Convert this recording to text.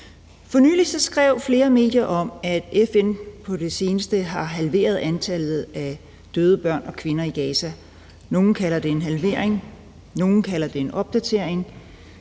For nylig skrev flere medier om, at FN har halveret tallene for dræbte børn i Gaza. Nogle kalder det en halvering, og nogle kalder det en opdatering,